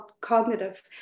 Cognitive